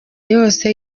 yose